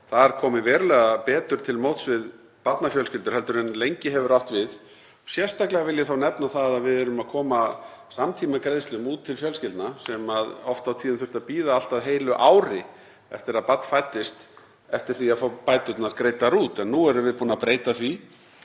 við komið betur til móts við barnafjölskyldur en lengi hefur átt við. Sérstaklega vil ég nefna að við erum að koma samtímagreiðslum út til fjölskyldna sem oft á tíðum þurftu að bíða í allt að heilt ár eftir að barn fæddist eftir því að fá bæturnar greiddar út. Nú erum við búin að breyta því